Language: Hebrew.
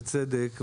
בצדק,